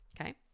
Okay